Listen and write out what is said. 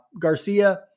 Garcia